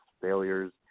failures